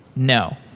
no.